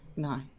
No